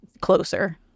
closer